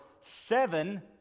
seven